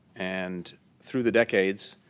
and through the decades,